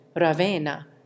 Ravenna